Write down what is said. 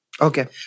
Okay